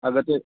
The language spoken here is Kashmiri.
اگر تُہۍ